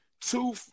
two